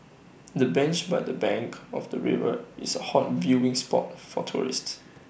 the bench by the bank of the river is A hot viewing spot for tourists